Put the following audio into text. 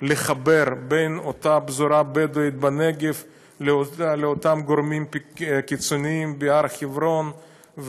לחבר בין אותה פזורה בדואית בנגב לאותם גורמים קיצוניים בהר חברון,